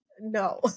no